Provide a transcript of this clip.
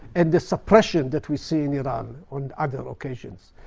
and the suppression that we see in iran on other occasions.